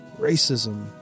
racism